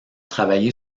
travaillé